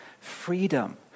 freedom